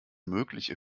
mögliche